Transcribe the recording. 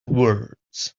words